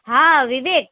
હા વિવેક